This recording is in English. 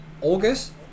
August